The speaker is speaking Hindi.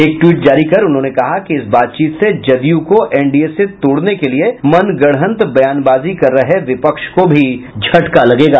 एक ट्विट जारी कर उन्होंने कहा कि इस बातचीत से जदयू को एनडीए से तोड़ने के लिए मनगढंत बयानबाजी कर रहे विपक्ष को भी झटका लगेगा